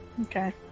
Okay